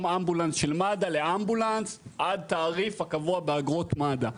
אמבולנס של מד"א לאמבולנס עד תעריך הקבוע באגרות מד"א.